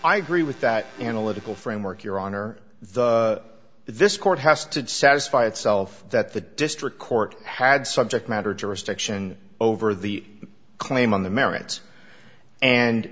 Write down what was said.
i agree with that analytical framework your honor the this court has to satisfy itself that the district court had subject matter jurisdiction over the claim on the merits and